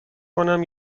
کنم